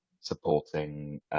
supporting